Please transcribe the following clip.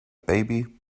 baby